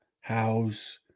house